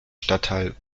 stadtteil